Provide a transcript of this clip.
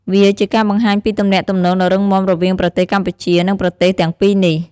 វាជាការបង្ហាញពីទំនាក់ទំនងដ៏រឹងមាំរវាងប្រទេសកម្ពុជា និងប្រទេសទាំងពីរនេះ។